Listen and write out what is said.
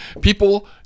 people